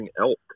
elk